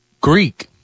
Greek